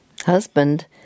husband